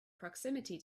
proximity